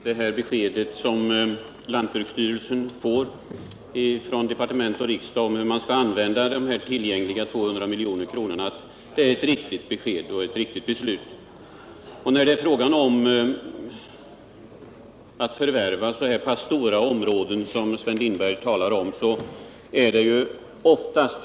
Herr talman! Jag vidhåller att det besked som lantbruksstyrelsen får ifrån departement och riksdag om hur man skall använda dessa tillgängliga 200 milj.kr. är ett riktigt besked och innebär ett riktigt beslut.